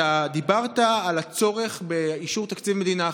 דיברת על הצורך באישור תקציב מדינה.